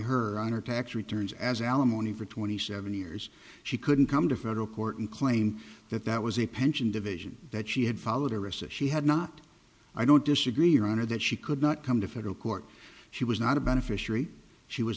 her on her tax returns as alimony for twenty seven years she couldn't come to federal court and claimed that that was a pension division that she had followed her wrists if she had not i don't disagree your honor that she could not come to federal court she was not a beneficiary she was